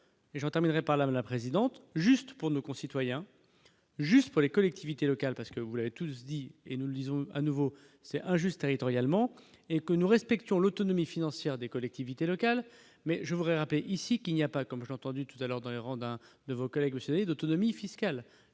et j'en terminerai par là la présidente juste pour nos concitoyens, juste pour les collectivités locales parce que vous l'avez tous dit et nous disons à nouveau, c'est injuste, territorialement et que nous respections l'autonomie financière des collectivités locales, mais je voudrais rappeler ici qu'il n'y a pas, comme j'ai entendu tout à l'heure dans les rangs d'un de vos collègues, vous savez d'autonomie fiscale,